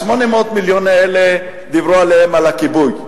800 מיליון האלה, דיברו לגביהם על הכיבוי,